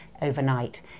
overnight